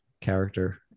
character